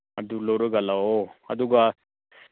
ꯑꯗꯨ ꯂꯧꯔꯒ ꯂꯥꯛꯑꯣ ꯑꯗꯨꯒ